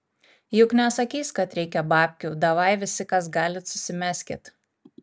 juk nesakys kad reikia babkių davai visi kas galit susimeskit